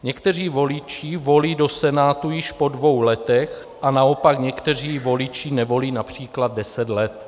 Někteří voliči volí do Senátu již po dvou letech a naopak někteří voliči nevolí např. deset let.